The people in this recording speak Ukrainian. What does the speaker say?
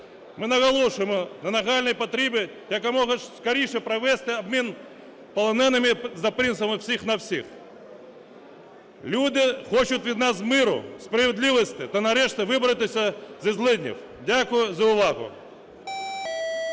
Ми наголошуємо на нагальній потребі якомога скоріше провести обмін полоненими за принципом "всіх на всіх". Люди хочуть від нас миру, справедливості та, нарешті, вибратися зі злиднів. Дякую за увагу.